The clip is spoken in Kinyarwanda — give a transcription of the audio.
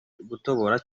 gutobora